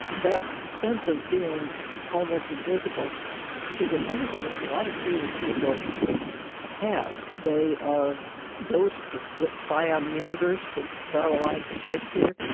that sense of being almost invisible is another thing that a lot of creative people have they are ghosts that spy on the universe, to borrow a line from shakespeare,